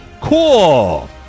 Cool